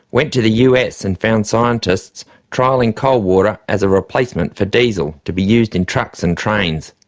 went to the us and found scientists trialling coal-water as a replacement for diesel, to be used in trucks and trains.